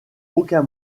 aucun